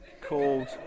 called